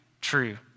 true